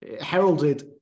heralded